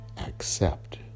accept